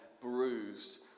bruised